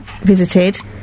visited